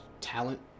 talent